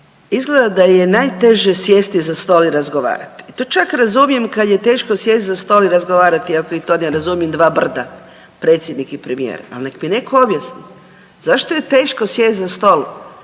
Izgleda da je najteže sjesti za stol i razgovarati i to čak razumijem kad je teško sjest za stol razgovarati ako i to ne razumiju dva brda, predsjednik i premijer, ali neka mi neko objasni zašto je teško sjest za stol